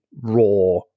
Raw